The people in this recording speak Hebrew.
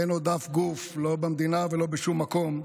אין עוד שום גוף, לא במדינה ולא בשום מקום,